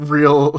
Real